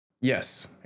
Yes